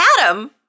Adam